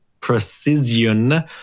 precision